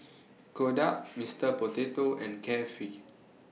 Kodak Mister Potato and Carefree